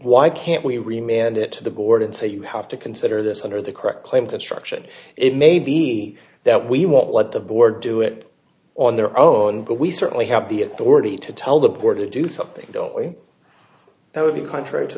why can't we re manned it to the board and say you have to consider this under the correct claim construction it may be that we won't let the board do it on their own but we certainly have the authority to tell the board to do something that would be contrary to